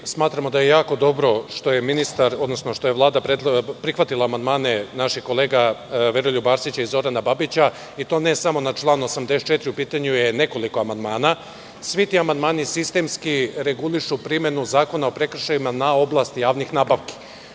ministar, odnosno što je Vlada prihvatila amandmane naših kolega Veroljuba Arsića i Zorana Babića i to ne samo na član 84, u pitanju je nekoliko amandmana. Svi ti amandmani sistemski regulišu primenu zakona o prekršajima u oblasti javnih nabavki. Odmah